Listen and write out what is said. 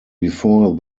before